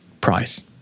price